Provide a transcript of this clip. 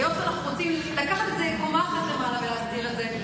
היות שאנחנו רוצים לקחת את זה קומה אחת למעלה ולהסדיר את זה,